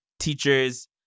teachers